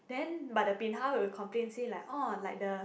then but the bin hao will complain say like orh like the